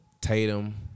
Tatum